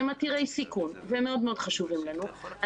שהם עתירי סיכון והם מאוד מאוד חשובים לנו,